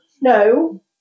no